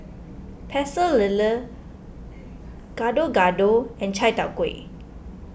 Pecel Lele Gado Gado and Chai Tow Kuay